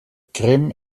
krim